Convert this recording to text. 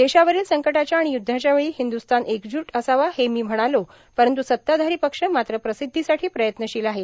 देशावरोल संकटाच्या आाण युद्धाच्या वेळी हिंदुस्तान एकजूट असावा हे मी म्हणालो परंतु सत्ताधारो पक्ष मात्र प्रासद्धीसाठो प्रयत्नशील आहे